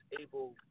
able